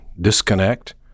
disconnect